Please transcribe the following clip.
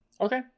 Okay